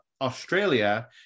Australia